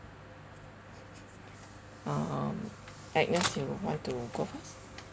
um agnes you want to go first